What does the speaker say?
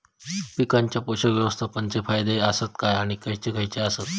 पीकांच्या पोषक व्यवस्थापन चे फायदे आसत काय आणि खैयचे खैयचे आसत?